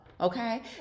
Okay